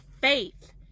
faith